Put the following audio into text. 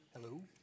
Hello